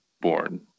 born